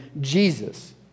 Jesus